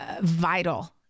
vital